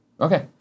Okay